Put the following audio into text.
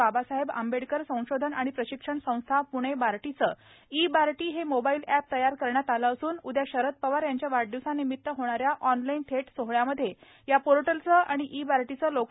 बाबासाहेब आंबेडकर संशोधन आणि प्रशिक्षण संस्था प्णे बार्टीचे ई बार्टी हे मोबाईल ॅप तयार करण्यात आले सून उदया शरद पवार यांच्या वाढदिवसानिमित होणाऱ्या ऑनलाइन थेट सोहळ्यामध्ये या पोर्टलचे आणि ई बार्टीचं लोकार्पण करण्यात येणार आहे